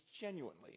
genuinely